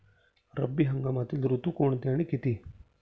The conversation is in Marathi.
रब्बी हंगामातील ऋतू कोणते आणि किती?